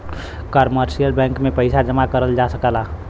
commercial bank में पइसा जमा करल जा सकला